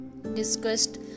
discussed